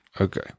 Okay